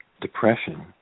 depression